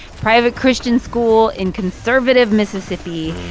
private christian school in conservative mississippi.